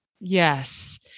yes